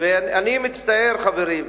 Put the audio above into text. אני מצטער, חברים.